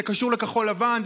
זה קשור לכחול לבן,